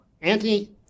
Anthony